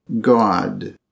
God